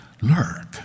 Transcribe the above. lurk